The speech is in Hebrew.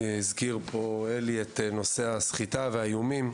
הזכיר פה אלי את נושאי הסחיטה באיומים,